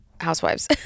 Housewives